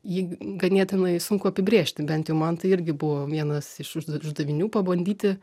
jį ganėtinai sunku apibrėžti bent jau man tai irgi buvo vienas iš užda uždavinių pabandyti